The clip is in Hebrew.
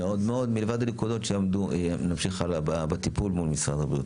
מלבד הנקודות שנמשיך הלאה בהן בטיפול מול משרד הבריאות.